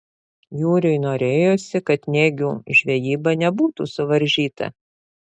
jūriui norėjosi kad nėgių žvejyba nebūtų suvaržyta